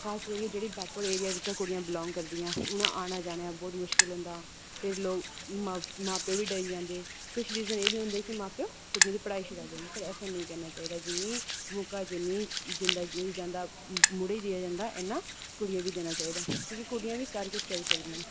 खास करियै जेह्ड़े बैकवर्ड एरिया च बिलांग करदियां न उ'नें गी औना जाना बड़ी मुश्किल होंदा मां प्यो बी डरी जंदे किश रिंजन नेह् बी होंदे कि कुड़िये दी पढ़ाई छड़ाई दिंदे ऐसा नेईं करना चाहिदा मौका नेईं दित्ता जंदा जिन्ना मुड़े गी दिता जंदा इन्ना कुड़िये गी बी दित्ता जाना चाहिदा कि कुड़िये बी करी सकदे